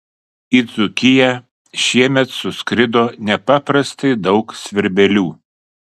į dzūkiją šiemet suskrido nepaprastai daug svirbelių